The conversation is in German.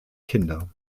kinder